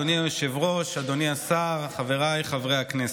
אדוני היושב-ראש, אדוני השר, חבריי חברי הכנסת,